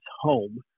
home